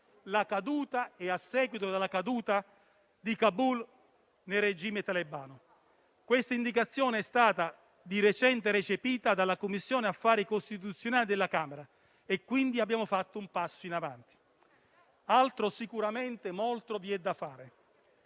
presentato a seguito della caduta di Kabul nel regime talebano. Questa indicazione è stata di recente recepita dalla Commissione affari costituzionali della Camera e, quindi, abbiamo fatto un passo in avanti. Sicuramente vi è molto altro da fare.